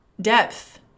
depth